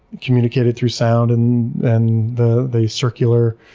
communicated through sound and and the the circular,